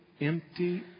empty